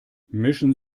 mischen